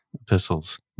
epistles